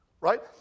Right